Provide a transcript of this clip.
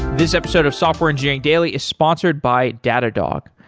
this episode of software engineering daily is sponsored by datadog.